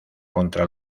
contra